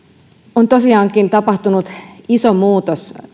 on tosiaankin tapahtunut iso muutos